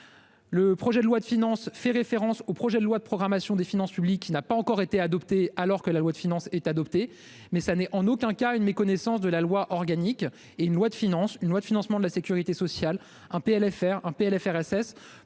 Le projet de loi de finances fait référence au projet de loi de programmation des finances publiques n'a pas encore été adoptée, alors que la loi de finances est adopté. Mais ça n'est en aucun cas une méconnaissance de la loi organique et une loi de finances, une loi de financement de la Sécurité sociale un PLFR un PLFRSS